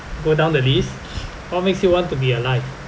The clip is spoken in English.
go down the list what makes you want to be alive